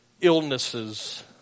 illnesses